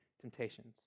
temptations